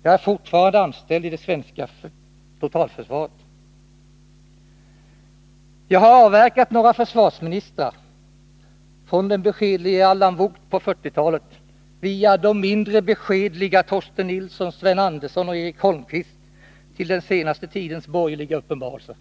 och jag är fortfarande anställd i det svenska totalförsvaret. Jag har avverkat några försvarsministrar, från den beskedlige Allan Vougt på 1940-talet, via de mindre beskedliga Torsten Nilsson, Sven Andersson och Eric Holmqvist, till den senaste tidens borgerliga uppenbarelser.